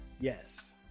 Yes